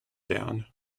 down